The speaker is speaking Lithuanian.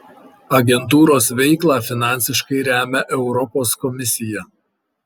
agentūros veiklą finansiškai remia europos komisija